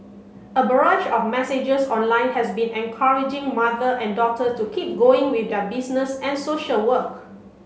a barrage of messages online has been encouraging mother and daughter to keep going with their business and social work